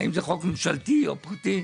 האם זה חוק ממשלתי או פרטי.